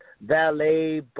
valet